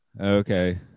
Okay